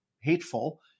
hateful